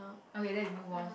okay then we move on